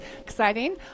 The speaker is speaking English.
Exciting